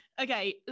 Okay